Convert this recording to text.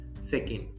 Second